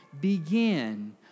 begin